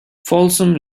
folsom